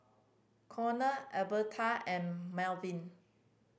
Conor Albertha and Melvin